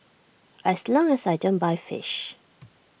as long as I don't buy fish